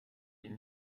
ihn